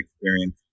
experience